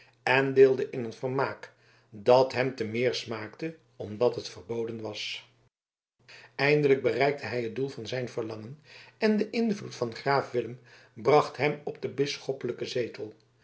en deelde in een vermaak dat hem te meer smaakte omdat het verboden was eindelijk bereikte hij het doel van zijn verlangen en de invloed van graaf willem bracht hem op den bisschoppelijken zetel